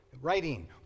writing